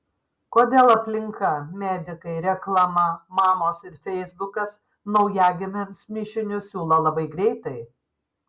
kodėl aplinka medikai reklama mamos ir feisbukas naujagimiams mišinius siūlo labai greitai